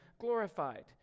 glorified